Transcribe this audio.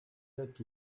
that